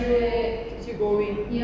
keeps you keeps you going